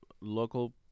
local